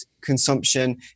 consumption